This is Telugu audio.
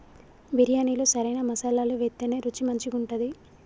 బిర్యాణిలో సరైన మసాలాలు వేత్తేనే రుచి మంచిగుంటది